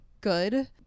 good